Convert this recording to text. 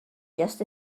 just